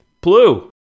Blue